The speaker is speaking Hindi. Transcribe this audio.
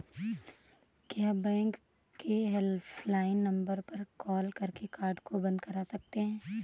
क्या बैंक के हेल्पलाइन नंबर पर कॉल करके कार्ड को बंद करा सकते हैं?